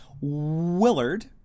willard